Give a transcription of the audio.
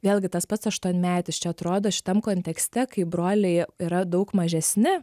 vėlgi tas pats aštuonmetis čia atrodo šitam kontekste kai broliai yra daug mažesni